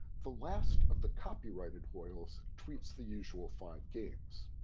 the last of the copyrighted hoyles treats the usual five games.